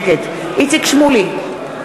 נגד איציק שמולי,